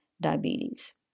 diabetes